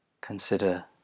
consider